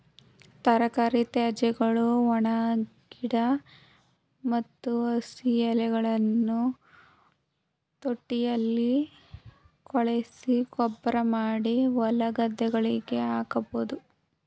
ತರಕಾರಿ ತ್ಯಾಜ್ಯಗಳು, ಒಣಗಿದ ಮತ್ತು ಹಸಿ ಎಲೆಗಳನ್ನು ತೊಟ್ಟಿಯಲ್ಲಿ ಕೊಳೆಸಿ ಗೊಬ್ಬರಮಾಡಿ ಹೊಲಗದ್ದೆಗಳಿಗೆ ಹಾಕಬೋದು